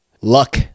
luck